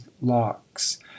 locks